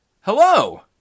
Hello